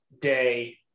day